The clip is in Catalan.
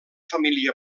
família